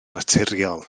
naturiol